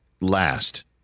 last